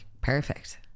perfect